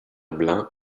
blanc